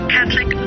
Catholic